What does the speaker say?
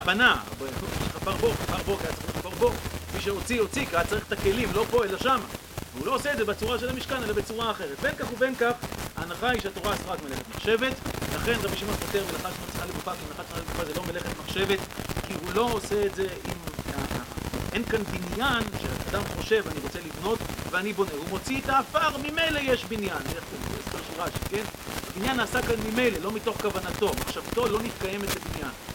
הבנה. ברמות שלך פרבוק, פרבוק. היתה צריכה שאת פרבוק. מי שהוציא, הוציא. כי היה צריך את הכלים, לא פה אלא שם. והוא לא עושה את זה בצורה של המשכן, אלא בצורה אחרת. בין כך ובין כך, ההנחה היא שהתורה אסרה את מלאכת מחשבת, ולכן רבי שמעון פוטר, מלאכה הצריכה לגופה, כי מלאכה הצריכה לגופה זה לא מלאכת מחשבת, כי הוא לא עושה את זה עם הכוונה. אין כאן עניין, שאדם חושב, אני רוצה לבנות, ואני בונה. הוא מוציא את האפר, ממילא יש בניין איך אתם רואים, אצל רש״י, שכן? הבניין נעשה כאן ממילא, לא מתוך כוונתו. מחשבתו לא מקיימת את הבניין